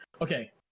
okay